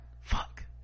fuck